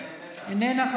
איננה,